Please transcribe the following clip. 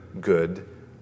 good